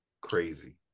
crazy